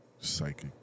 Psychic